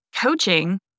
coaching